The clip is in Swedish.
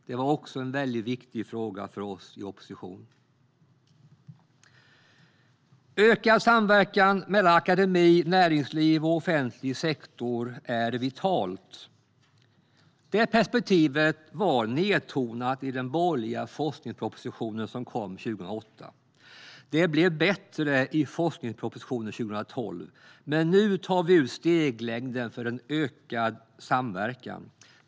Det var en viktig fråga för oss när vi var i opposition. Ökad samverkan mellan akademi, näringsliv och offentlig sektor är vitalt. Det perspektivet var nedtonat i den borgerliga forskningspropositionen som kom 2008. Det blev bättre i forskningspropositionen 2012, men nu tar vi ut steglängden för en ökad samverkan.